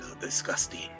Disgusting